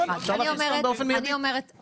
אני אומרת,